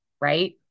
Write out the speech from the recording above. right